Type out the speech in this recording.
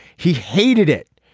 he hated it.